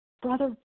brother